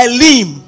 Elim